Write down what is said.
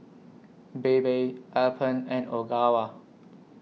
Bebe Alpen and Ogawa